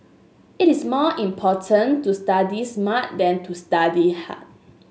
it is more important to study smart than to study hard